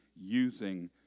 using